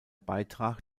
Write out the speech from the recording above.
beitrag